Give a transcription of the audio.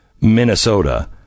Minnesota